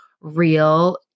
real